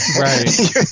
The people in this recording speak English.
Right